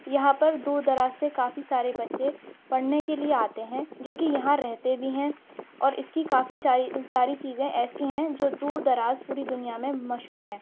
یہاں پر دور دراز سے کافی سارے بچے پڑھنے کے لیے آتے ہیں جو کہ یہاں رہتے بھی ہیں اور اس کی کافی چاری ساری چیزیں ایسی ہیں جو دور دراز پوری دنیا میں مشہور ہیں